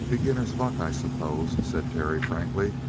beginner's luck, i suppose, said terry frankly.